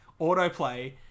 autoplay